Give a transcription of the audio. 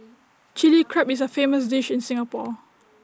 Chilli Crab is A famous dish in Singapore